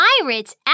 pirate's